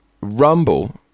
Rumble